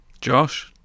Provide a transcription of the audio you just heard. Josh